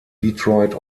detroit